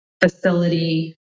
facility